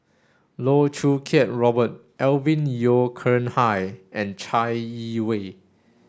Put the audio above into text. Loh Choo Kiat Robert Alvin Yeo Khirn Hai and Chai Yee Wei